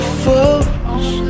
fools